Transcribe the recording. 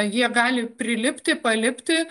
jie gali prilipti palipti